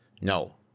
No